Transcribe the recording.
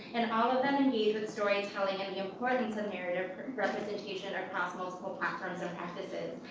and all of them engage with storytelling and the importance of narrative representation across multiple platforms and practices,